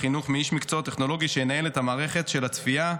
החינוך מאיש המקצוע הטכנולוגי שינהל את מערכת הצפייה,